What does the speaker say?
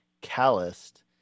calloused